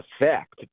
effect